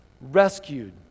rescued